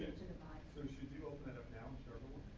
should you open that up now and